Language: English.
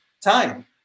time